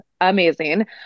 amazing